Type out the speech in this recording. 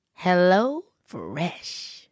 HelloFresh